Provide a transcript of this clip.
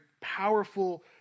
powerful